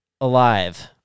alive